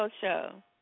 Show